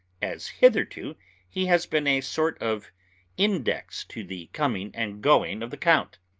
as hitherto he has been a sort of index to the coming and going of the count.